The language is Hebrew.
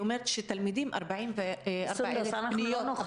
היא אומרת שיש 44,000 פניות של תלמידים